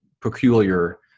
peculiar